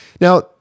Now